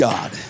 God